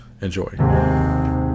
Enjoy